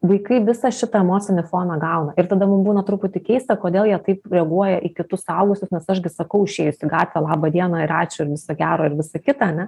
vaikai visą šitą emocinį foną gauna ir tada mum būna truputį keista kodėl jie taip reaguoja į kitus suaugusius nes aš gi sakau išėjus į gatvę laba diena ir ačiū viso gero ir visa kita ane